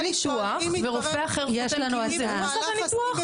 אתם אומרים שרופא עושה ניתוח ורופא אחר חותם כאילו הוא עשה את הניתוח?